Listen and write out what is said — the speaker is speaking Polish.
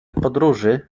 podróży